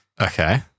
Okay